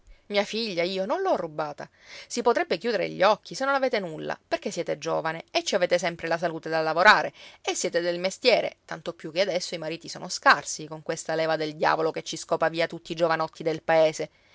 mia figlia io non l'ho rubata si potrebbe chiudere gli occhi se non avete nulla perché siete giovane e ci avete sempre la salute da lavorare e siete del mestiere tanto più che adesso i mariti sono scarsi con questa leva del diavolo che ci scopa via tutti i giovanotti del paese